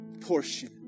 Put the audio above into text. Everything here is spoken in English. portion